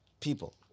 People